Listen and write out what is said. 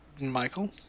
Michael